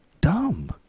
dumb